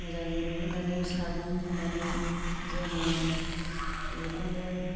मोजाङै रुइहोनानै सागं होनानै जोङो बेखौनो